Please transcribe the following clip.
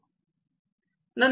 नंतर car shipping करावे लागते